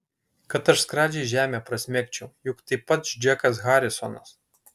kad aš skradžiai žemę prasmegčiau juk tai pats džekas harisonas